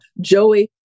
joey